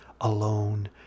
alone